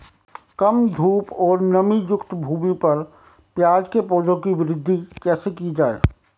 कम धूप और नमीयुक्त भूमि पर प्याज़ के पौधों की वृद्धि कैसे की जाए?